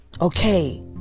okay